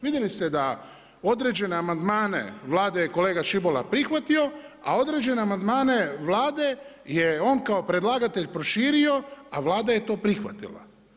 Vidjeli ste da određene amandmane Vlade je kolega Škibola prihvatio, a određene amandmane Vlade je on kao predlagatelj proširio, a Vlada je to prihvatila.